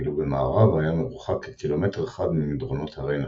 ואילו במערב היה מרוחק כקילומטר אחד ממדרונות הרי נפתלי,